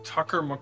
Tucker